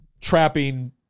trapping